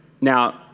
Now